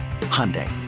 Hyundai